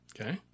Okay